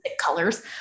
colors